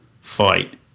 fight